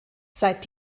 seit